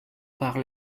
par